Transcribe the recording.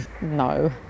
No